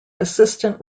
assistant